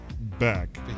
back